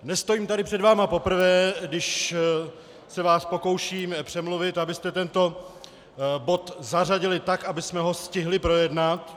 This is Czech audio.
Nestojím tady před vámi poprvé, když se vás pokouším přemluvit, abyste tento bod zařadili tak, abychom ho stihli projednat.